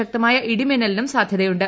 ശക്തമായ ഇടിമിന്നലിനും സാധ്യതയുണ്ട്